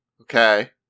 Okay